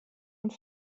und